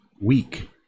week